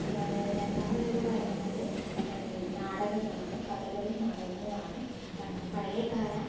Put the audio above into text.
രണ്ടാമതെന്നു പറയുന്നത് നാടകങ്ങളാണ് കഥകളും നാടകങ്ങളും ആണ് പണ്ട് പഴയകാല